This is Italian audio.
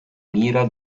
mira